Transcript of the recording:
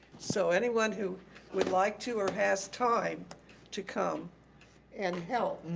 so anyone who would like to or has time to come and help,